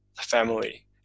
family